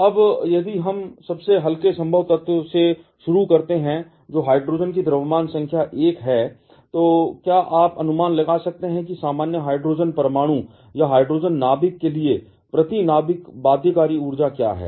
अब यदि हम सबसे हल्के संभव तत्व से शुरू करते हैं जो हाइड्रोजन की द्रव्यमान संख्या 1 है तो क्या आप अनुमान लगा सकते हैं कि एक सामान्य हाइड्रोजन परमाणु या हाइड्रोजन नाभिक के लिए प्रति नाभिक बाध्यकारी ऊर्जा क्या है